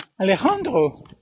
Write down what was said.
Alejandro